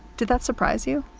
did that surprise you?